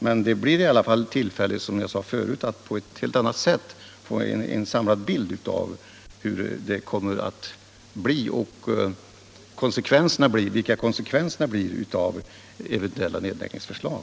Men det blir i alla fall tillfälle, som jag sade förut, att på ett helt annat sätt få en samlad bild av konsekvenserna av eventuella nedläggningsförslag.